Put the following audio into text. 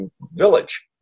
village